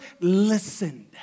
listened